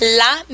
la